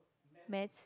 maths